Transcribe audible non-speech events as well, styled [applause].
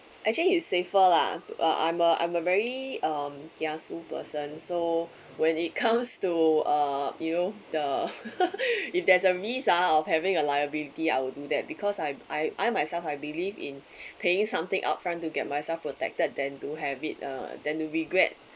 actually it safer lah uh I'm a I'm a very um kiasu person so when it comes to uh you know the [laughs] if there's a risk ah of having a liability I will do that because I I I myself I believe in [breath] paying something upfront to get myself protected than do have it uh than do regret